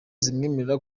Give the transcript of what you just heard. zimwemerera